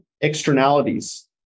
externalities